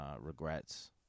regrets